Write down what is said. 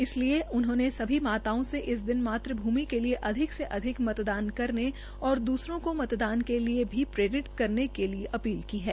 इसलिए उन्होंने सभी माताओं से इस दिन मातृभूमि के लिए अधिक से अधिक मतदान करने और द्रसरों को मतदान करने के लिये भी प्रोरित करने की अपील की है